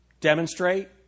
demonstrate